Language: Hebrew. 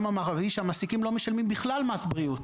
המערבי שהמעסיקים לא משלמים בכלל מס בריאות.